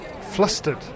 flustered